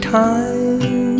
time